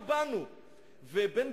ממש, וירד,